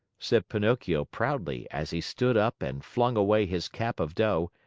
said pinocchio proudly, as he stood up and flung away his cap of dough,